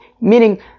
meaning